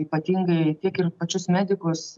ypatingai tiek ir pačius medikus